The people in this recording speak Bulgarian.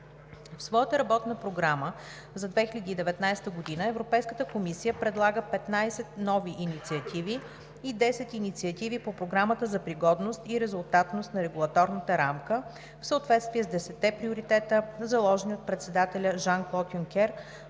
В своята Работна програма за 2019 г. Европейската комисия предлага 15 нови инициативи и 10 инициативи по Програмата за пригодност и резултатност на регулаторната рамка в съответствие с десетте приоритета, заложени от председателя Жан-Клод Юнкер